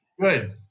good